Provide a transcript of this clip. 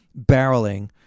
barreling